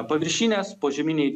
paviršinės požeminiai